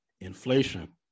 inflation